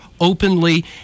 openly